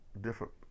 different